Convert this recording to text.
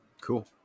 cool